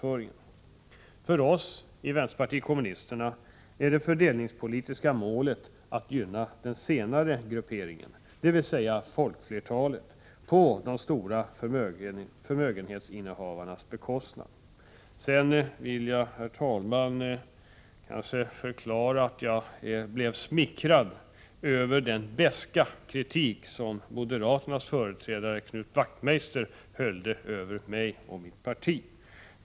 För oss i vpk är det fördelningspolitiska målet att gynna den senare gruppen, dvs. folkflertalet, på de stora förmögenhetsinnehavarnas bekostnad. Herr talman! Jag vill gärna deklarera att jag blev smickrad över den beska kritik som moderaternas företrädare Knut Wachtmeister höljde över mig och mitt parti.